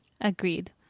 Agreed